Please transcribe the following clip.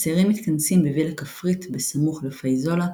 הצעירים מתכנסים בווילה כפרית בסמוך לפייזולה,